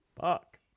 fuck